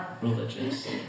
religious